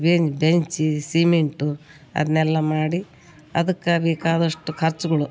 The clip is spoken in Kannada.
ಬೆನ್ ಬೆಂಚಿ ಸೀಮೆಂಟು ಅದನ್ನೆಲ್ಲ ಮಾಡಿ ಅದಕ್ಕೆ ಬೇಕಾದಷ್ಟು ಖರ್ಚುಗಳು